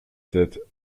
sept